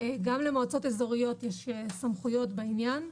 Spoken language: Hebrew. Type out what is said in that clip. גם למועצות אזוריות יש סמכויות בעניין.